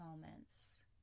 moments